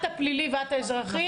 את הפלילי ואת האזרחי?